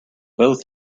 both